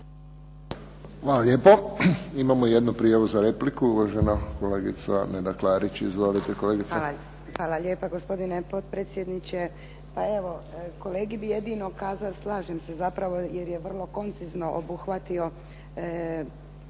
Hvala lijepo. Imamo jednu prijavu za repliku. Uvažena kolegica Neda Klarić. Izvolite, kolegice. **Klarić, Nedjeljka (HDZ)** Hvala lijepa, gospodine potpredsjedniče. Pa evo kolegi bi jedino kazala, slažem se zapravo jer je vrlo koncizno obuhvatio